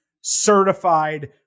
certified